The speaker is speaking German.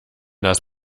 das